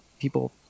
people